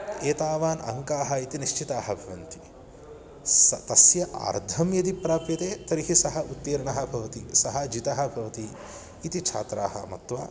एतावान्तः अङ्काः इति निश्चिताः भवन्ति सः तस्य अर्धं यदि प्राप्यते तर्हि सः उत्तीर्णः भवति सः जितः भवति इति छात्राः मत्वा